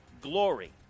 glory